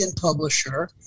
publisher